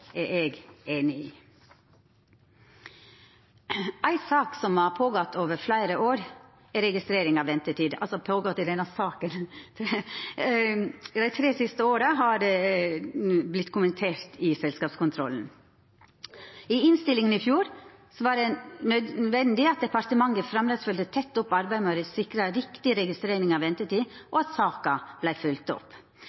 er eg einig i. Ei sak som har gått føre seg over fleire år – altså i denne saka – er registrering av ventetid. Dei tre siste åra har det vorte kommentert i selskapskontrollen. I innstillinga i fjor var det nødvendig at departementet framleis følgde tett opp arbeidet med å sikra riktig registrering av ventetid